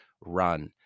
run